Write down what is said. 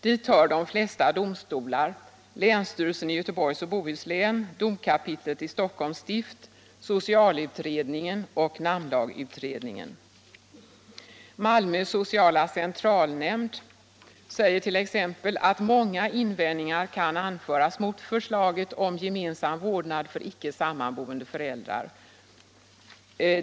Dit hör de flesta domstolar, länsstyrelsen i Göteborgs och Bohus län, domkapitlet i Stockholms stift, socialutredningen och namnlagsutredningen. Malmö sociala centralnämnd säger t.ex. att många invändningar kan anföras mot förslaget om gemensam vårdnad för icke sammanboende föräldrar.